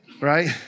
right